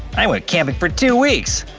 i went camping for two weeks!